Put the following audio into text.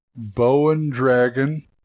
BowenDragon